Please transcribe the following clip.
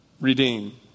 redeem